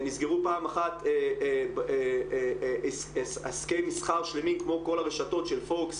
נסגרו פעם אחת עסקי מסחר שלמים כמו כל הרשתות של פוקס,